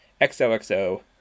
XOXO